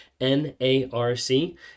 N-A-R-C